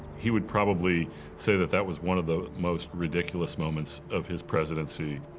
he would probably say that that was one of the most ridiculous moments of his presidency.